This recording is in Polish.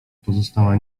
pozostała